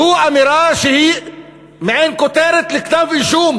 זו אמירה שהיא מעין כותרת לכתב אישום